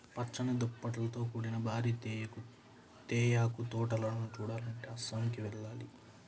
పచ్చని దుప్పట్లతో కూడిన భారీ తేయాకు తోటలను చూడాలంటే అస్సాంకి వెళ్ళాలి